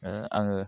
आङो